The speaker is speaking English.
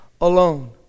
alone